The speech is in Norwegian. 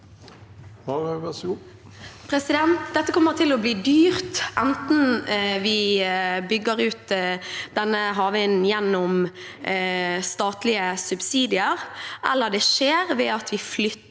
Dette kommer til å bli dyrt enten vi bygger ut denne havvinden gjennom statlige subsidier, eller det skjer ved at vi flytter